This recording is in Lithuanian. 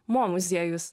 mo muziejus